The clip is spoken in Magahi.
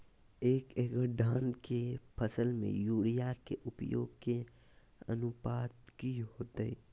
एक एकड़ धान के फसल में यूरिया के उपयोग के अनुपात की होतय?